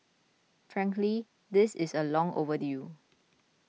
frankly this is a long overdue